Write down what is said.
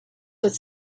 would